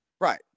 Right